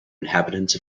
inhabitants